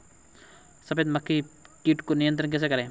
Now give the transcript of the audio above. सफेद मक्खी कीट को नियंत्रण कैसे करें?